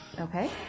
Okay